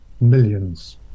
Millions